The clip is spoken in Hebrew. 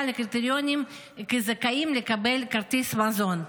לקריטריונים כזכאים לקבל כרטיס מזון,